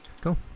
Cool